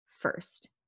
first